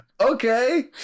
okay